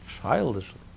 childishly